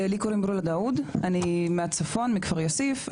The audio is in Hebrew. לי קוראים רולה דאוד, אני מהצפון, מכפר יאסיף.